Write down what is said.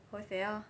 hoseh lor